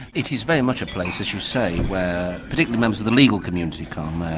it is very much a place, as you say, where particularly members of the legal community come,